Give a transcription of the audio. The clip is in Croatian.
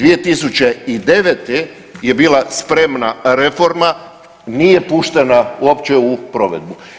2009. je bila spremna reforma, nije puštena uopće u provedbu.